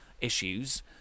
issues